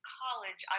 college